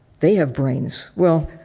they have brains. well,